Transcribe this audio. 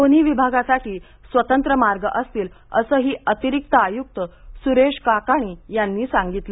दोन्ही विभागासाठी स्वतंत्र मार्ग असतील असंही अतिरिक्त आयुक्त सुरेश काकाणी यांनी सांगितलं